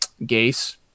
Gase